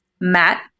Matt